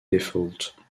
default